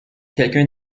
quelqu’un